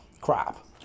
crap